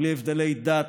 בלי הבדלי דת,